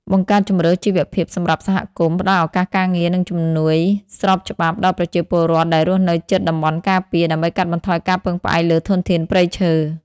បង្កើតជម្រើសជីវភាពសម្រាប់សហគមន៍ ផ្ដល់ឱកាសការងារ និងជំនួញស្របច្បាប់ដល់ប្រជាពលរដ្ឋដែលរស់នៅជិតតំបន់ការពារ ដើម្បីកាត់បន្ថយការពឹងផ្អែកលើធនធានព្រៃឈើ។